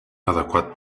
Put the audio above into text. adequat